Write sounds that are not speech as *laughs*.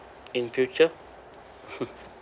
in future *laughs*